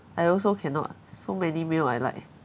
I also cannot so many meal I like